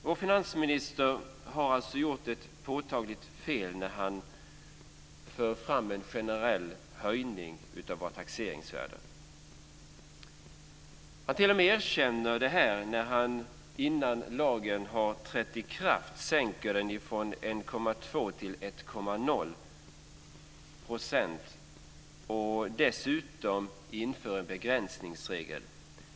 Vår finansminister har alltså gjort ett påtagligt fel när han för fram en generell höjning av taxeringsvärdena. Han t.o.m. erkänner det när han innan lagen har trätt i kraft sänker procentsatsen från 1,2 till 1,0 %. Dessutom inför han en begränsningsregel.